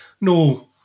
No